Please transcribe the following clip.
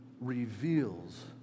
reveals